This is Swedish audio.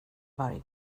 varje